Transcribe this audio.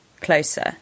closer